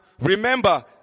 remember